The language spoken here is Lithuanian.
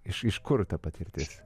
iš iš kur ta patirtis